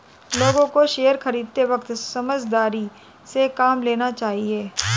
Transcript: लोगों को शेयर खरीदते वक्त समझदारी से काम लेना चाहिए